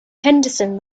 henderson